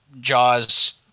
Jaws